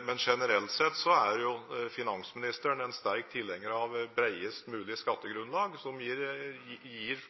men generelt sett er finansministeren en tilhenger av bredest mulig skattegrunnlag som gir